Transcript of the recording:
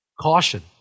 Caution